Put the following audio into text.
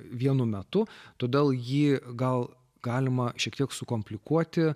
vienu metu todėl jį gal galima šiek tiek sukomplikuoti